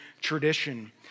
tradition